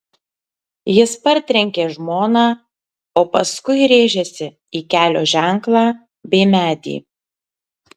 jis partrenkė žmoną o paskui rėžėsi į kelio ženklą bei medį